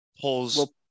pulls